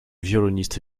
violoniste